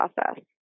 process